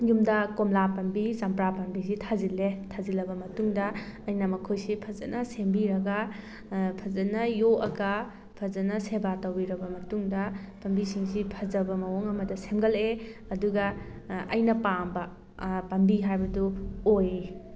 ꯌꯨꯝꯗ ꯀꯣꯝꯂꯥ ꯄꯥꯝꯕꯤ ꯆꯝꯄ꯭ꯔꯥ ꯄꯥꯝꯕꯤꯁꯤ ꯊꯥꯖꯤꯜꯂꯦ ꯊꯥꯖꯤꯜꯂꯕ ꯃꯇꯨꯡꯗ ꯑꯩꯅ ꯃꯈꯣꯏꯁꯤ ꯐꯖꯅ ꯁꯦꯝꯕꯤꯔꯒ ꯐꯖꯅ ꯌꯣꯛꯑꯒ ꯐꯖꯅ ꯁꯦꯕ ꯇꯧꯕꯤꯔꯕ ꯃꯇꯨꯡꯗ ꯄꯥꯝꯕꯤꯁꯤꯡꯁꯤ ꯐꯖꯕ ꯃꯑꯣꯡ ꯑꯃꯗ ꯁꯦꯝꯒꯠꯂꯛꯑꯦ ꯑꯗꯨꯒ ꯑꯩꯅ ꯄꯥꯝꯕ ꯄꯥꯝꯕꯤ ꯍꯥꯏꯕꯗꯨ ꯑꯣꯏ